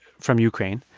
from ukraine,